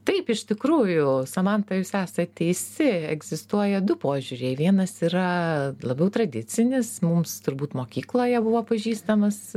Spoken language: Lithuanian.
taip iš tikrųjų samanta jūs esat teisi egzistuoja du požiūriai vienas yra labiau tradicinis mums turbūt mokykloje buvo pažįstamas